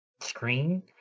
screen